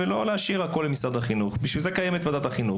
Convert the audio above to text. ושלא צריך להשאיר את הכל למשרד החינוך; בשביל זה ועדת החינוך קיימת,